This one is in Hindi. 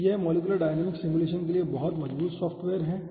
तो यह मॉलिक्यूलर डायनामिक्स सिमुलेशन के लिए बहुत मजबूत सॉफ्टवेयर है